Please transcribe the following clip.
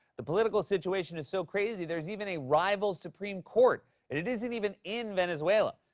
the political situation is so crazy, there's even a rival supreme court. and it isn't even in venezuela.